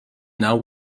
now